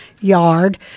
yard